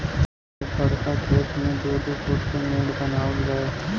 तब बड़का खेत मे दू दू फूट के मेड़ बनावल जाए